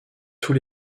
tous